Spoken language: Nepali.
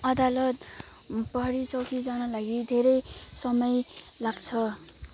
अदालत प्रहरी चौकी जानलागि धेरै समय लाग्छ